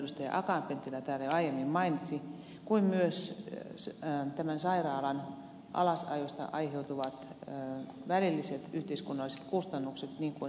akaan penttilä täällä jo aiemmin mainitsi kuin myös tämän sairaalan alasajosta aiheutuvat välilliset yhteiskunnalliset kustannukset niin kuin ed